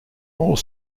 more